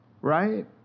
Right